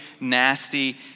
nasty